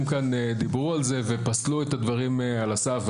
כאן דיברו על זה ופסלו את הדברים על הסף.